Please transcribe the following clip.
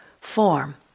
form